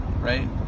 right